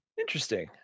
Interesting